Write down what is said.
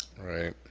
Right